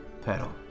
pedal